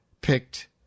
picked